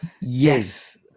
yes